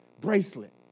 bracelet